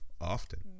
often